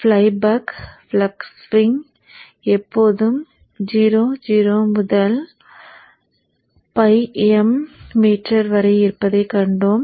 fly back flux swing எப்போதும் 0 0 முதல் m மீ வரை இருப்பதைக் கண்டோம்